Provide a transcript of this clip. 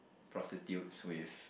prostitutes with